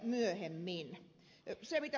mitä tulee ed